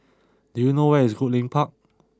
do you know where is Goodlink Park